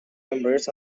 members